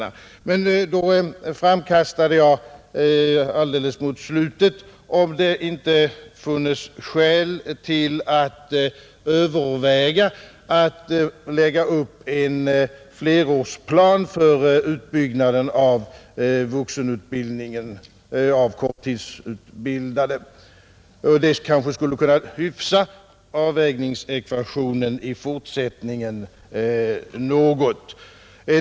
Mot slutet av mitt anförande framkastade jag tanken om det inte funnits skäl att överväga att lägga upp en flerårsplan för utbyggnaden av vuxenutbildningen av korttidsutbildade. Det skulle kanske kunna hyfsa avvägningsekvationen något i fortsättningen.